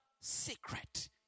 secret